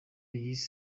yise